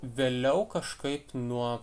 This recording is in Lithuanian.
vėliau kažkaip nuo